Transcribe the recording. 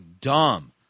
dumb